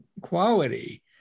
quality